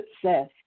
success